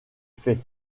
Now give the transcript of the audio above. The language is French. faits